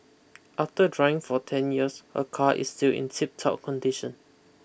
after driving for ten years her car is still in tiptop condition